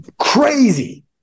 crazy